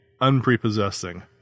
unprepossessing